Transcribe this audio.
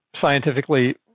scientifically